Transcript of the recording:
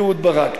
אהוד ברק,